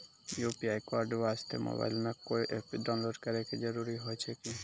UPI code वास्ते mobile मे कोय एप्प डाउनलोड करे के जरूरी होय छै की?